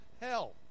hell